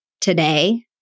today